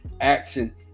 action